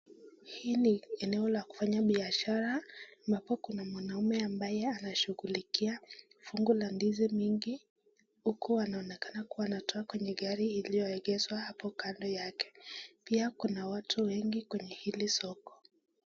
Hii ni eneo la kufanya biashara, ambapo kuna mwanamume ambaye anashughulikia fungu la ndizi mingi, huku anaonekana kuwa anatoa kwenye gari iliyoegeshwa hapo kando yake. Pia kuna watu wengi kwenye hili soko.